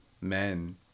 men